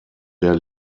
der